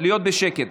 להיות בשקט.